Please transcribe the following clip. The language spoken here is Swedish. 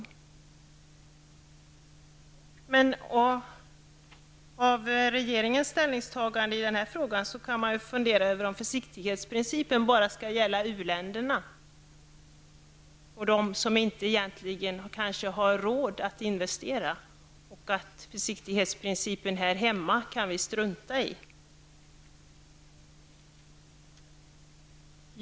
När man ser regeringens ställningstagande i den här frågan kan man fundera över om försiktighetsprincipen bara skall gälla uländer och dem som egentligen inte har råd att investera -- här hemma kan vi strunta i försiktighetsprincipen.